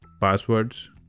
passwords